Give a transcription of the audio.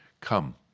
Come